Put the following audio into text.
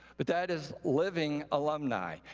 but that is living alumni.